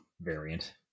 variant